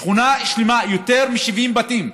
שכונה שלמה, יותר מ-70 בתים,